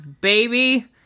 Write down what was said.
baby